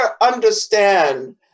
understand